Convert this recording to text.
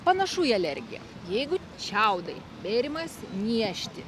panašu į alergiją jeigu čiaudai bėrimas niežti